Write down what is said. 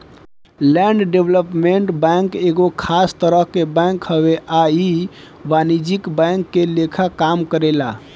land development bank एगो खास तरह के बैंक हवे आ इ अवाणिज्यिक बैंक के लेखा काम करेला